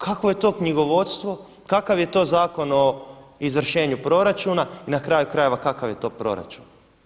Kakvo je to knjigovodstvo, kakav je to Zakon o izvršenju proračuna i na kraju krajeva kakve je to proračun?